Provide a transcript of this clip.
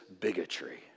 bigotry